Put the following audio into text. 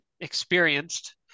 experienced